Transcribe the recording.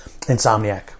Insomniac